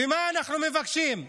ומה אנחנו מבקשים?